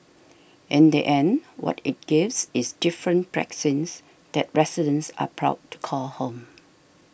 in the end what it gives is different precincts that residents are proud to call home